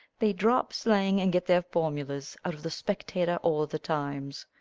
they drop slang and get their formulas out of the spectator or the times.